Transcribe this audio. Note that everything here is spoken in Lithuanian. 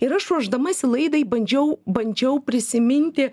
ir aš ruošdamasi laidai bandžiau bandžiau prisiminti